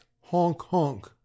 honk-honk